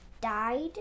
died